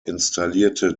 installierte